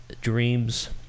dreams